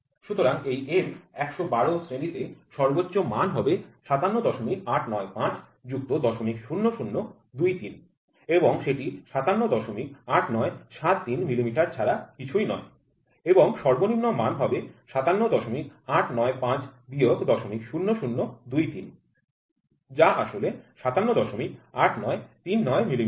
সুতরাং এই M ১১২ শ্রেণীতে সর্বোচ্চ মান হবে ৫৭৮৯৫ যুক্ত ০০০২৩ এবং সেটি ৫৭৮৯৭৩ মিলিমিটার ছাড়া কিছুই নয় এবং সর্বনিম্ন মান হবে ৫৭৮৯৫ বিয়োগ ০০০২৩ যা আসলে ৫৭৮৯৩৯ মিলিমিটার